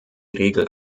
regel